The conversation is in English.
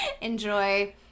enjoy